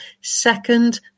second